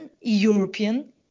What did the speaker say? European